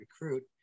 recruit